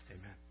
amen